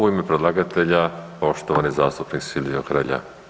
U ime predlagatelja poštovani zastupnik Silvano Hrelja.